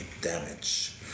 damage